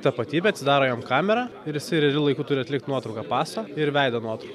tapatybę atsidaro jam kamera ir jisai realiu laiku turi atlikt nuotrauką paso ir veido nuotrauką